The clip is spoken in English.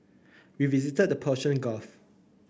we visited the Persian Gulf